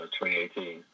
2018